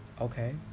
okay